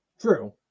True